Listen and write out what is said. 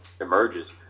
emerges